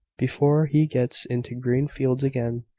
before he gets into green fields again.